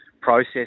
process